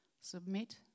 Submit